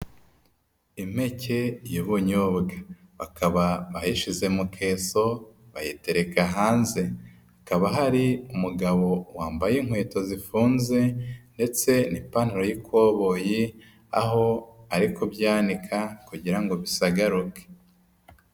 Impeke y'ubunyobwa bakaba bayishyize mu keso bayitereka hanze, hakaba hari umugabo wambaye inkweto zifunze ndetse n'ipantaro y'ikoboyi aho ari kubyanika kugira ngo bisagaruke.